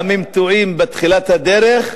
גם אם טועים בתחילת הדרך,